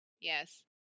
Yes